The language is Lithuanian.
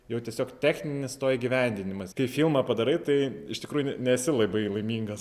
jau tiesiog techninis įgyvendinimas kai filmą padarai tai iš tikrųjų nesi labai laimingas